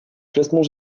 classement